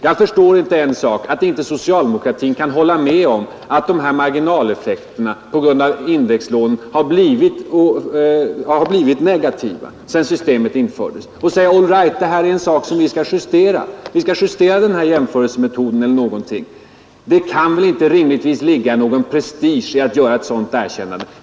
Jag förstår inte en sak — att inte socialdemokratin kan hålla med om att de här marginaleffekterna på grund av indexlånen har blivit negativa sedan systemet infördes och säga: All right, det här är en sak som vi skall justera — vi skall justera jämförelsemetoden eller någonting sådant. Det kan väl inte rimligtvis ligga någon prestige i att göra ett sådant erkännande.